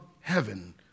heaven